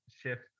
shift